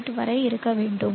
8 வரை இருக்க வேண்டும்